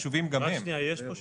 גם הם חשובים --- יש פה שינוי,